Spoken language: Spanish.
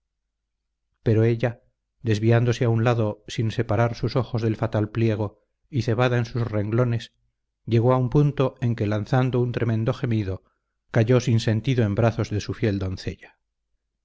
pero ella desviándose a un lado sin separar sus ojos del fatal pliego y cebada en sus renglones llegó a un punto en que lanzando un tremendo gemido cayó sin sentido en brazos de su fiel doncella